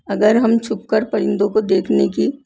اگر ہم چھپ کر پرندوں کو دیکھنے کی